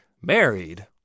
married